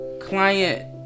client